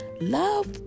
Love